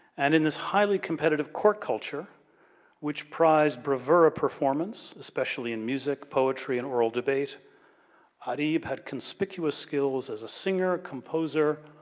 and, in this highly competitive court culture which prized bravuer performance, especially in music, poetry, and oral debate ah-reeb had conspicuously skills as a singer, composer,